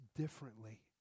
differently